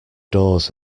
doors